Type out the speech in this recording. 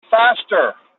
faster